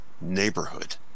neighborhood